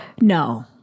No